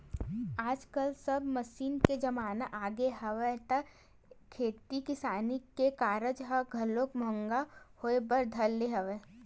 आजकल सब मसीन के जमाना आगे हवय त खेती किसानी के कारज ह घलो महंगा होय बर धर ले हवय